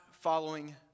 following